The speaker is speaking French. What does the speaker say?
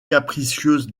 capricieuse